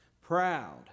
Proud